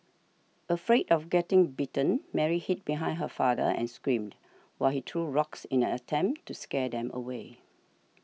afraid of getting bitten Mary hid behind her father and screamed while he threw rocks in an attempt to scare them away